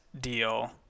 deal